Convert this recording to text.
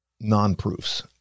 non-proofs